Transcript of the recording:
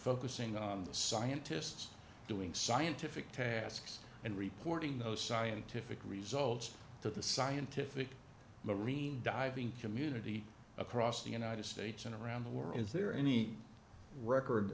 focusing on the scientists doing scientific tasks and reporting those scientific results to the scientific marine diving community across the united states and around the world is there any record